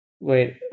Wait